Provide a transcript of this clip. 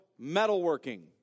metalworking